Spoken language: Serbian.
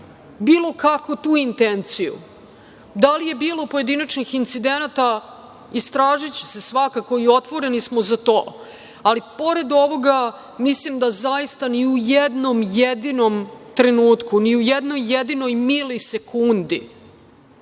bilo kako tu intenciju. Da li je bilo pojedinačnih incidenata? Istražiće se svakako i otvoreni smo za to, ali pored ovoga mislim da zaista ni u jednom jedinom trenutku, ni u jednoj jedinoj mili sekundi